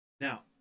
Now